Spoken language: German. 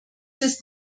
ist